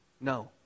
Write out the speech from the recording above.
No